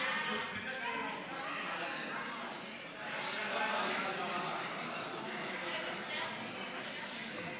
סעיפים 1 2 נתקבלו.